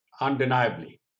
undeniably